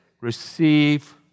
receive